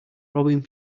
robbing